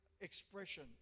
expression